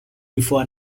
before